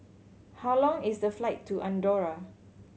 how long is the flight to Andorra